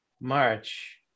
March